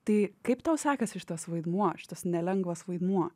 tai kaip tau sekasi šitas vaidmuo šitas nelengvas vaidmuo